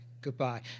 goodbye